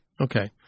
Okay